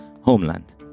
homeland